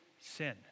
sin